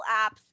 apps